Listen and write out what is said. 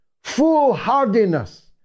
foolhardiness